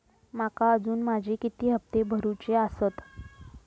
माका अजून माझे किती हप्ते भरूचे आसत?